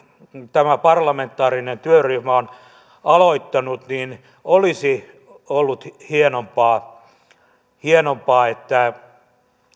tämä parlamentaarinen työryhmä on aloittanut olisi ollut hienompaa hienompaa että